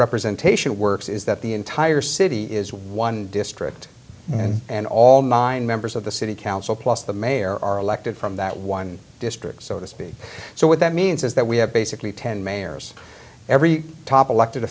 representation works is that the entire city is one district and and all nine members of the city council plus the mayor are elected from that one district so to speak so what that means is that we have basically ten mayors every top elected